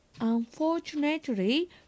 Unfortunately